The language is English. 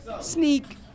Sneak